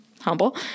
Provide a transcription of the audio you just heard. Humble